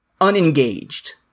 Unengaged